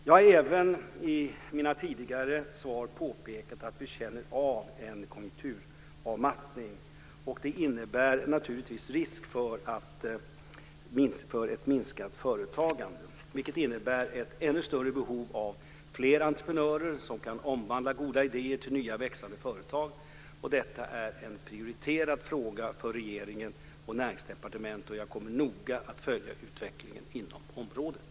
Jag har även i mina tidigare svar påpekat att vi känner av en konjunkturavmattning, och det innebär naturligtvis risk för ett minskat företagande, vilket innebär ett ännu större behov av fler entreprenörer som kan omvandla goda idéer till nya och växande företag. Detta är en prioriterad fråga för regeringen och Näringsdepartementet, och jag kommer noga att följa utvecklingen inom området.